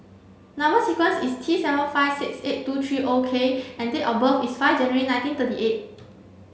number sequence is T seven five six eight two three O K and date of birth is five January nineteen thirty eight